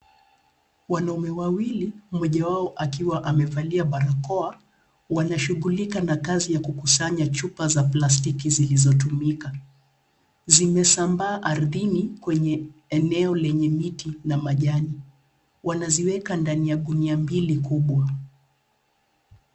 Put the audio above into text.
Wanaume wawili ,mmoja wao akiwa amevalia barakoa, wanashughulika na kazi ya kukusanya chupa za plastiki zilizotumika. Zimesambaa ardhini eneo lenye miti na majani. Wanazieka ndani gunia mbili kubwa